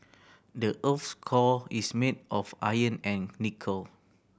the earth's core is made of iron and nickel